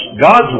God's